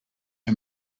her